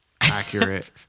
accurate